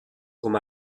com